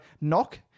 knock